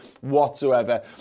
whatsoever